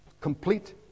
Complete